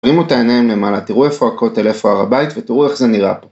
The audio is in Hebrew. תרימו את העיניים למעלה, תראו איפה הכותל, איפה הר הבית ותראו איך זה נראה פה